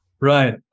right